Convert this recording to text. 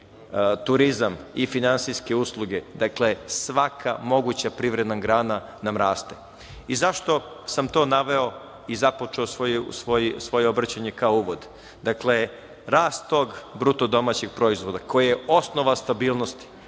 turizam i finansijske usluge. Dakle, svaka moguća privredna grana nam raste.Zašto sam to naveo i započeo svoje obraćanje kao uvod. Dakle, rast tog BDP koji je osnova stabilnosti,